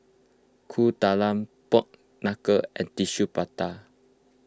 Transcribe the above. Kueh Talam Pork Knuckle and Tissue Prata